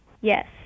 Yes